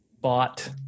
bought